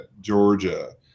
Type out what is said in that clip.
Georgia